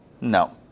No